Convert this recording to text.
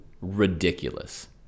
ridiculous